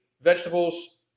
vegetables